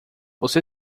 você